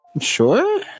sure